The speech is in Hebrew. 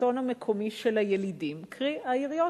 לשלטון המקומי של הילידים, קרי, העיריות.